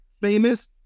Famous